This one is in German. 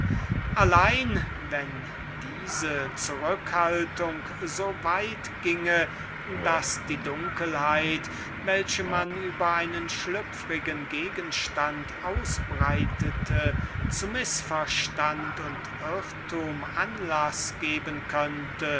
allein wenn diese zurückhaltung so weit ginge daß die dunkelheit welche man über einen schlüpfrigen gegenstand ausbreitete zu mißverstand und irrtum anlaß geben könnte